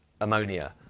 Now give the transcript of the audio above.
ammonia